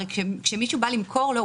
הרי כשמישהו בא למכור לו,